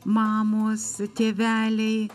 mamos tėveliai